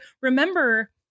remember